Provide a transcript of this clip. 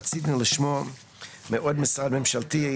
רצינו לשמוע מעוד משרד ממשלתי,